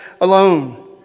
alone